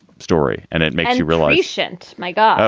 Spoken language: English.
story and it makes you realize, shant, my god.